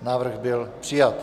Návrh byl přijat.